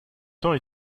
temps